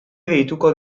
deituko